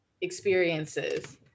experiences